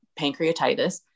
pancreatitis